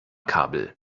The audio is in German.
kabel